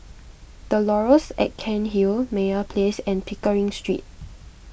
the Laurels at Cairnhill Meyer Place and Pickering Street